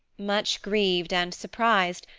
much grieved and surprised,